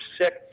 sick